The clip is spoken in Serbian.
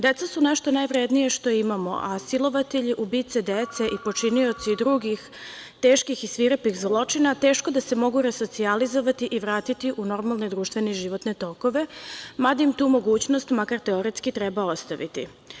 Deca su nešto najvrednije što imamo, a silovatelji, ubice dece i počinioci drugih teških i svirepih zločina teško da se mogu resocijalizovati i vratiti u normalne društvene životne tokove, mada im tu mogućnost, makar teoretski treba ostaviti.